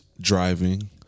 driving